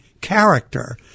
character